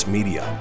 Media